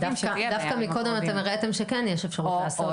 דווקא קודם אתם הראיתם שכן יש אפשרות לעשות